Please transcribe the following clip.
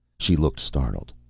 she looked startled.